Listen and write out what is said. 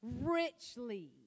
Richly